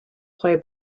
play